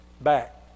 back